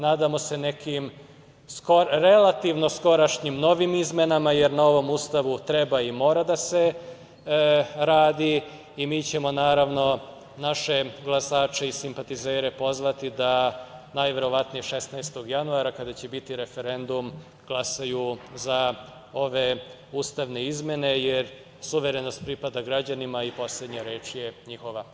Nadamo se nekim relativno skorašnjim novim izmenama, jer na ovom Ustavu treba i mora i treba da se radi i mi ćemo naravno naše glasače i simpatizere pozvati da najverovatnije 16. januara, kada će biti referendum, glasaju za ove ustavne izmene, jer suverenost pripada građanima i poslednja reč je njihova.